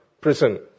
prison